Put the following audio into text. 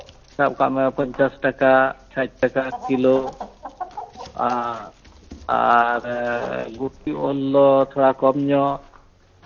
ᱥᱟᱵ ᱠᱟᱜ ᱢᱮ ᱯᱚᱧᱪᱟᱥᱴᱟᱠᱟ ᱥᱟᱴ ᱴᱟᱠᱟ ᱠᱤᱞᱳ ᱟᱨ ᱟᱨ ᱜᱩᱴᱤ ᱩᱞᱫᱚ ᱛᱷᱚᱲᱟ ᱠᱚᱢ ᱧᱚᱜ